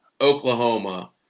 Oklahoma